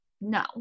no